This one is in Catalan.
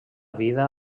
vida